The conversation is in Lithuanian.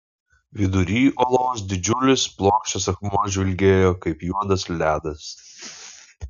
vidury olos didžiulis plokščias akmuo žvilgėjo kaip juodas ledas